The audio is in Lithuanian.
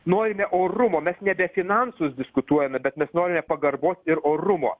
norime orumo mes nebe finansus diskutuojame bet mes norime pagarbos ir orumo